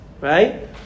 right